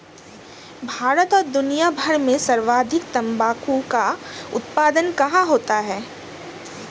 भारत और दुनिया भर में सर्वाधिक तंबाकू का उत्पादन कहां होता है?